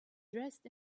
dressed